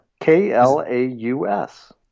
K-L-A-U-S